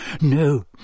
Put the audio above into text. No